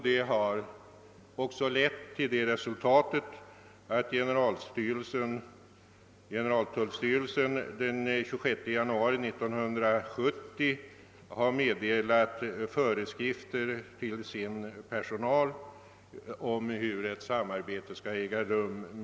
Detta har lett till det resultatet, att generaltullstyrelsen den 26 januari 1970 meddelade föreskrifter till sin personal om hur samarbetet med polisen skall äga rum.